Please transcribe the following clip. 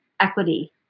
equity